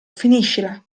finiscila